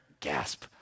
gasp